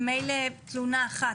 מילא תלונה אחת,